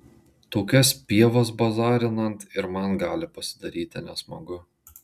tokias pievas bazarinant ir man gali pasidaryti nesmagu